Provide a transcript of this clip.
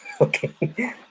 Okay